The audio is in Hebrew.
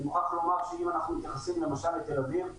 אני מוכרח לומר שאם אנחנו מתייחסים למשל לתל-אביב,